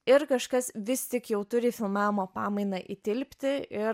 ir kažkas vis tik jau turi filmavimo pamainą įtilpti ir